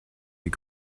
die